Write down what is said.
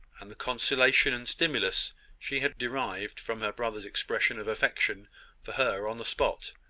and the consolation and stimulus she had derived from her brother's expression of affection for her on the spot!